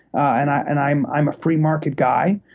and i'm i'm a free market guy.